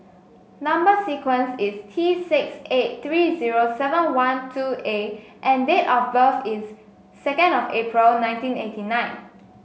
number sequence is T six eight three zero seven one two A and date of birth is second of April nineteen eighty nine